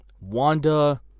Wanda